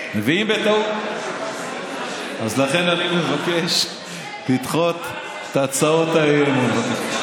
אז לכן אני מבקש לדחות את הצעות האי-אמון.